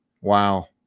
Wow